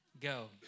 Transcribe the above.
go